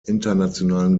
internationalen